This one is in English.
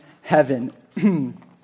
heaven